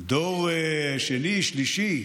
דור שני, שלישי,